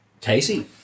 Casey